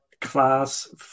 Class